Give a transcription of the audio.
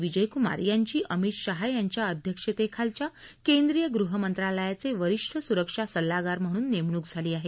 विजय कुमार यांची अमित शहा यांच्या अध्यक्षतेखालच्या केंद्रीय गृहमंत्रालयाचे वरिष्ठ सुरक्षा सल्लागार म्हणून नेमणूक झाली आहे